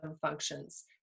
functions